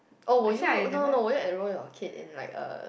oh will you no no no will you enroll your kid in like a